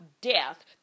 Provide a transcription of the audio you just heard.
death